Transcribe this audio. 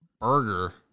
Burger